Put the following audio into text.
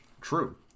true